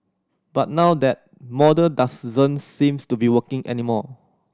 but now that model seems to be working anymore